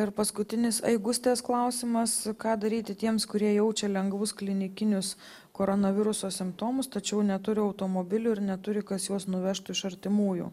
ir paskutinis aigustės klausimas ką daryti tiems kurie jaučia lengvus klinikinius koronaviruso simptomus tačiau neturi automobilių ir neturi kas juos nuvežtų iš artimųjų